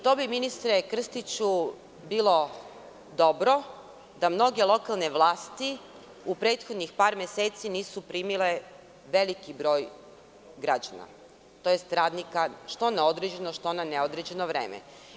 To bi, ministre, bilo dobro da mnoge lokalne vlasti u prethodnih par meseci nisu primile veliki broj građana, to jest radnika što na određeno, što na neodređeno vreme.